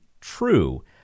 true